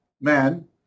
man